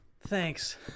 Thanks